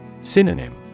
Synonym